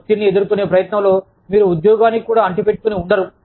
ఒత్తిడిని ఎదుర్కునే ప్రయత్నంలో మీరు ఉద్యోగానికి కూడా అంటిపెట్టుకుని ఉండరు